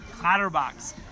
Clatterbox